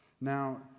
Now